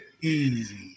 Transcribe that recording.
Easy